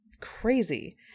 crazy